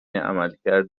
عملکرد